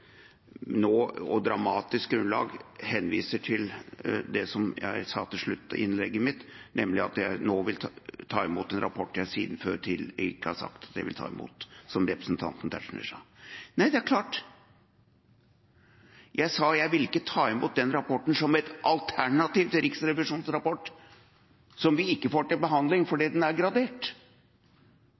nå vil ta imot en rapport jeg før ikke har sagt at jeg vil ta imot, som representanten Tetzschner sa. Nei, det er klart: Jeg sa at jeg vil ikke ta imot den rapporten som et alternativ til Riksrevisjonens rapport som vi ikke får til behandling fordi den er gradert.